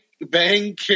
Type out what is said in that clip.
bang